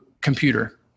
computer